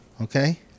Okay